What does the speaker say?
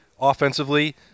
Offensively